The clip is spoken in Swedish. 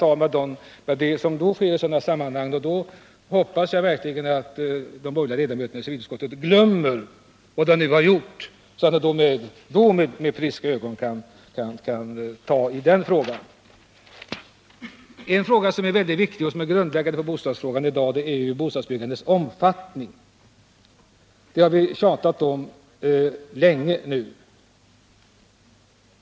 Jag hoppas att de borgerliga ledamöterna i civilutskottet då har glömt vad de nu gjort, så att de med friska ögon kan behandla frågan. Bostadsbyggandets omfattning är av grundläggande betydelse för lösningen av bostadsproblemen. Det har vi tjatat om länge nu.